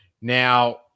Now